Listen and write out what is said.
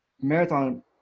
marathon